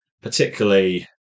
particularly